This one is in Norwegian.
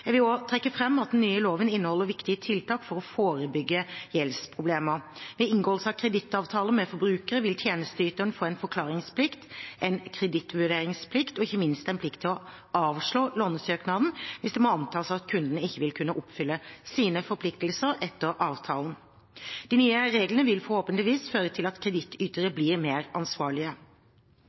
Jeg vil også trekke fram at den nye loven inneholder viktige tiltak for å forebygge gjeldsproblemer. Ved inngåelse av kredittavtaler med forbrukere vil tjenesteyteren få en forklaringsplikt, en kredittvurderingsplikt og ikke minst en plikt til å avslå lånesøknaden hvis det må antas at kunden ikke vil kunne oppfylle sine forpliktelser etter avtalen. De nye reglene vil forhåpentligvis føre til at kredittytere blir mer ansvarlige.